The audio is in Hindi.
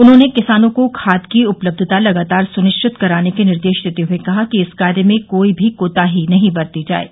उन्होंने किसानों को खाद की उपलब्धता लगातार सुनिश्चित कराने के निर्देश देते हुए कहा कि इस कार्य में कोई भी कोताही नहीं बरती जाये